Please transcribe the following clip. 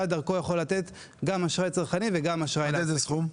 דרכו אתה יכול לתת גם אשראי צרכני וגם אשראי --- עד איזה סכום?